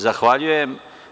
Zahvaljujem.